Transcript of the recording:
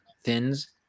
thins